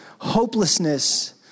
Hopelessness